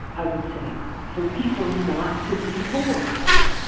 i would say for people not to be poor.